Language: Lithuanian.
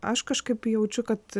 aš kažkaip jaučiu kad